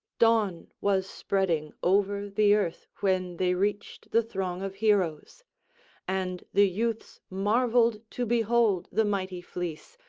dawn was spreading over the earth when they reached the throng of heroes and the youths marvelled to behold the mighty fleece,